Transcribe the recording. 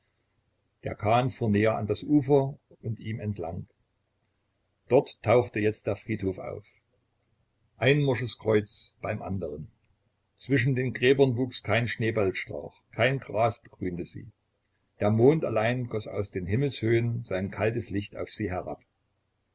der kahn fuhr näher an das ufer und ihm entlang dort tauchte jetzt der friedhof auf ein morsches kreuz beim anderen zwischen den gräbern wuchs kein schneeballstrauch kein gras begrünte sie der mond allein goß aus den himmelshöhen sein kaltes licht auf sie herab